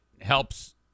helps